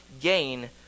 gain